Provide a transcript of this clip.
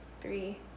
three